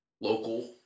local